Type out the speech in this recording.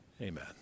amen